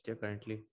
currently